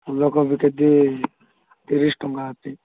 ଫୁଲକୋବି କେଜି ତିରିଶ ଟଙ୍କା ଅଛି